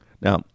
now